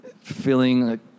feeling